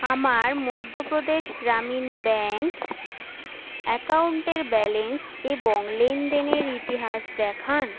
আমার মধ্যপ্রদেশ গ্রামীণ ব্যাংক অ্যাকাউন্টের ব্যালেন্স এবং লেনদেনের ইতিহাস দেখান